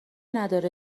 نداره